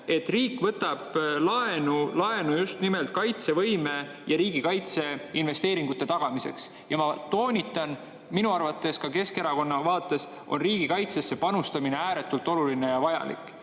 et riik võtab laenu just nimelt kaitsevõime ja riigikaitseinvesteeringute tagamiseks. Ma toonitan, minu arvates on ka Keskerakonna vaates riigikaitsesse panustamine ääretult oluline ja vajalik.